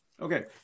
Okay